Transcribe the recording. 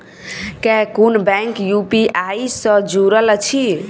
केँ कुन bank UPI सँ जुड़ल अछि?